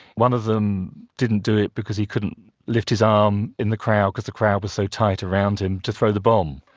one of them didn't do it because he couldn't lift his arm um in the crowd because the crowd was so tight around him to throw the bomb.